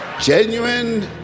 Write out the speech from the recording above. genuine